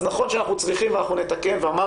אז נכון שאנחנו צריכים לתקן ואנחנו נתקן.